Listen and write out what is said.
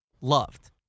loved